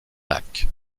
lacs